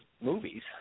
movies